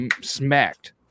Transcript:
smacked